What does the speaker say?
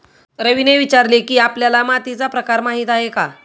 रवीने विचारले की, आपल्याला मातीचा प्रकार माहीत आहे का?